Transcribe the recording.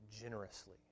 generously